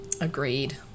Agreed